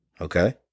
Okay